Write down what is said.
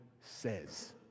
says